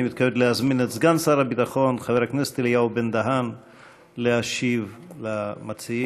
אני מתכבד להזמין את סגן שר הביטחון חבר הכנסת אלי בן-דהן להשיב למציעים